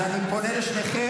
אז אני פונה לשניכם,